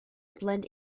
blend